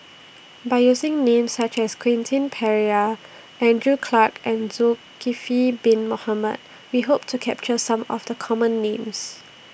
By using Names such as Quentin Pereira Andrew Clarke and Zulkifli Bin Mohamed We Hope to capture Some of The Common Names